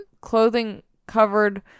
clothing-covered